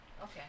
Okay